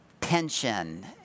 pension